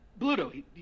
Bluto